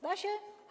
Da się?